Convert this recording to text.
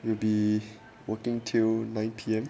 will be working till nine P_M